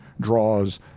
draws